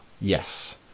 yes